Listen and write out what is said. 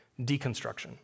deconstruction